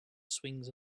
swings